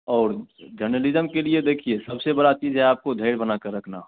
और जर्नलिज्म के लिए देखिए सबसे बड़ी चीज़ है आपको धैर्य बनाकर रखना